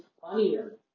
funnier